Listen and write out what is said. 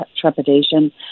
trepidation